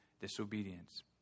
disobedience